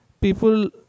people